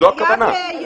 זו הכוונה.